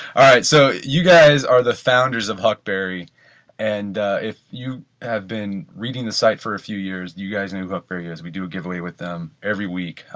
all right. so you guys are the founders of huckberry and if you have been reading the site for a few years, you guys know who huckberry is, we do a give away with them every week.